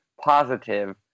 positive